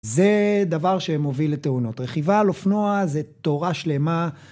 זה דבר שמוביל לתאונות. רכיבה על אופנוע זה תורה שלמה